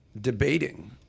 debating